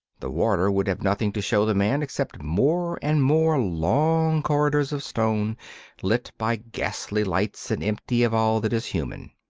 the warder would have nothing to show the man except more and more long corridors of stone lit by ghastly lights and empty of all that is human.